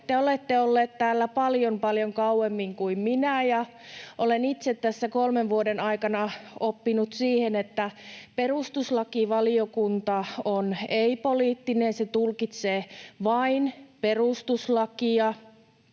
Te olette ollut täällä paljon, paljon kauemmin kuin minä, ja olen itse tässä kolmen vuoden aikana oppinut siihen, että perustuslakivaliokunta on ei-poliittinen ja se tulkitsee vain perustuslakia,